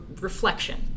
reflection